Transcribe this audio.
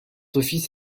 office